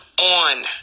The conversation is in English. on